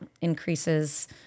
increases